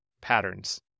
patterns